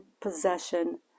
possession